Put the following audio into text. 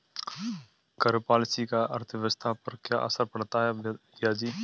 कर पॉलिसी का अर्थव्यवस्था पर क्या असर पड़ता है, भैयाजी?